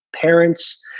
parents